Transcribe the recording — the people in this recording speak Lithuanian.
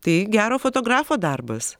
tai gero fotografo darbas